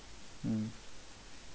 mm